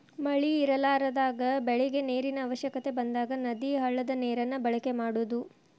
ಮಳಿ ಇರಲಾರದಾಗ ಬೆಳಿಗೆ ನೇರಿನ ಅವಶ್ಯಕತೆ ಬಂದಾಗ ನದಿ, ಹಳ್ಳದ ನೇರನ್ನ ಬಳಕೆ ಮಾಡುದು